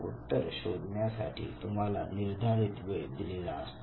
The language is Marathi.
उत्तर देण्यासाठी तुम्हाला निर्धारित वेळ दिलेली असते